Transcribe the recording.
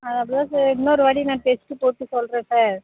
அது அப்படி தான் சார் இன்னொருவாட்டி நான் டெஸ்ட்டு போட்டு சொல்கிறேன் சார்